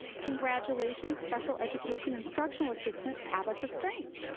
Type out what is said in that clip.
congratulations, special education instructional assistant, tabitha strange.